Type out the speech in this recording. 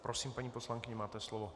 Prosím, paní poslankyně, máte slovo.